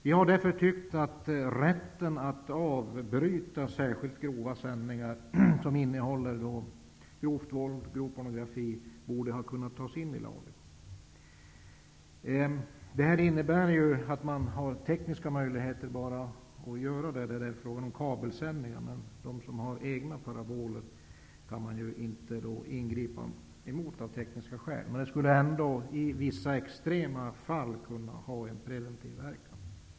Vi har därför tyckt att rätten att avbryta särskilt grova sändningar, som innehåller grovt våld och grov pornografi, borde ha kunnat tas in i lagen. Det innebär att man har tekniska möjligheter att göra det när det är fråga om kabelsändningar, men de som har egna paraboler kan man inte ingripa mot, av tekniska skäl. Det skulle ändå i vissa extrema fall kunna ha en preventiv verkan.